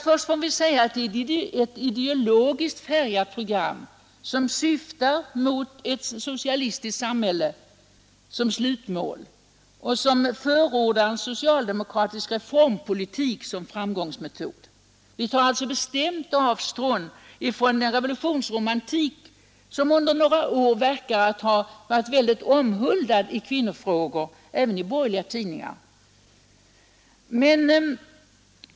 Först vill jag säga att det är ett ideologiskt färgat program, som syftar mot ett socialistiskt samhälle såsom slutmål och som förordar en socialdemokratisk reformpolitik som framgångsmetod. Vi tar alltså bestämt avstånd från den revolutionsromantik som under några år verkar att ha varit väldigt omhuldad i kvinnofrågor, även i borgerliga tidningar.